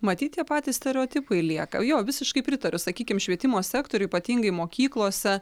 matyt tie patys stereotipai lieka jo visiškai pritariu sakykim švietimo sektoriuj ypatingai mokyklose